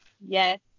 Yes